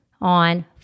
on